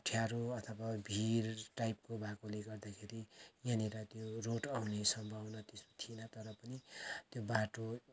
अप्ठ्यारो अथवा भिर टाइपको भएकोले गर्दाखेरि यहाँनिर त्यो रोड आउने सम्भावना त्यस्तो थिएन तर पनि त्यो बाटो खनेर